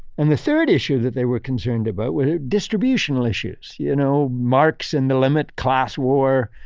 and the third issue that they were concerned about were distributional issues. you know marx and the limit, class war,